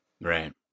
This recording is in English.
Right